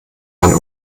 ein